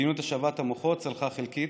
מדיניות השבת המוחות צלחה חלקית,